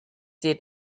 did